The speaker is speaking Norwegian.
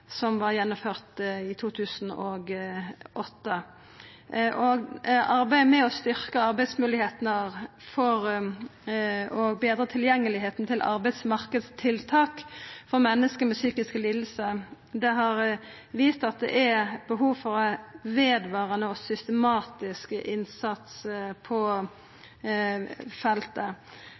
gjennomført i 2008. Arbeidet med å styrkja arbeidsmoglegheitene og betra tilgjengelegheita til marknadstiltak for menneske med psykiske lidingar har vist at det er behov for vedvarande og systematisk innsats på feltet.